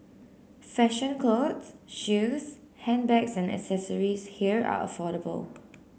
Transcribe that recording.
fashion clothes shoes handbags and accessories here are affordable